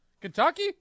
Kentucky